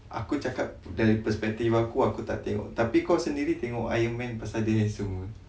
aku cakap dari perspective aku tak tengok tapi kau sendiri tengok ironman pasal dia handsome apa